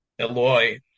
Eloy